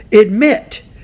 admit